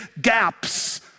gaps